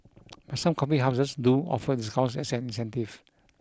but some coffee houses do offer discounts as an incentive